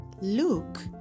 Look